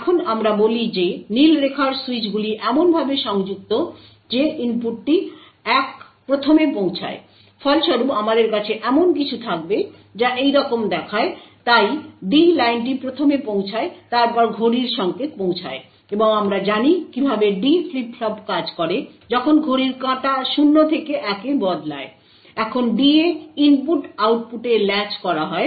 এখন আমরা বলি যে নীল রেখার সুইচগুলি এমনভাবে সংযুক্ত যে ইনপুটটি 1ম এ পৌঁছায় ফলস্বরূপ আমাদের কাছে এমন কিছু থাকবে যা এইরকম দেখায় তাই আমাদের D লাইনটি প্রথমে পৌঁছায় তারপর ঘড়ির সংকেত পৌঁছায় এবং আমরা জানি কিভাবে একটি D ফ্লিপ ফ্লপ কাজ করে যখন ঘড়ির কাঁটা 0 থেকে 1 এ বদলায় তখন D এ ইনপুটটি আউটপুটে ল্যাচ করা হয়